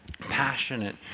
passionate